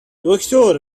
دکتر